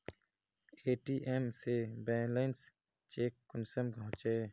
ATM से balance check कुंसम होचे?